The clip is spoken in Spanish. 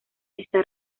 está